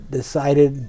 decided